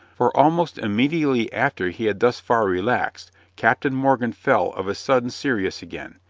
for almost immediately after he had thus far relaxed, captain morgan fell of a sudden serious again,